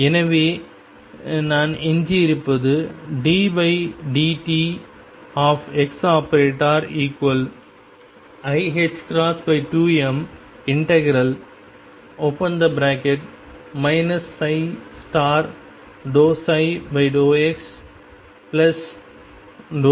எனவே நான் எஞ்சியிருப்பது ddt⟨x⟩iℏ2m∫ ∂ψ∂x∂xdx